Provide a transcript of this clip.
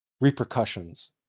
repercussions